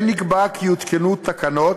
כן נקבע כי יותקנו תקנות,